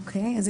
משרד הבריאות,